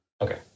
Okay